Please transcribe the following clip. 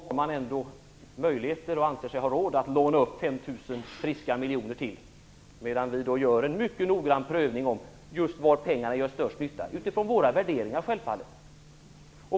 Fru talman! Vi skall ju inte diskutera RAS nu - jag nämnde det bara som ett litet exempel på att socialdemokraterna, trots att de anser att det är en sådan penningnöd, ändå anser sig ha råd att låna upp ytterligare 5 000 friska miljoner. Vi däremot gör en mycket noggrann prövning av var pengarna gör störst nytta - utifrån våra värderingar, självfallet.